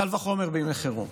קל וחומר בימי חירום.